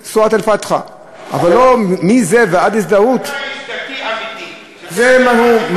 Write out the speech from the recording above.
אבל מזה ועד הזדהות, אתה איש דתי אמיתי, זה נהוג.